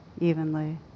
evenly